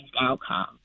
outcome